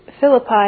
Philippi